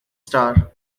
star